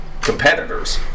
competitors